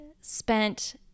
spent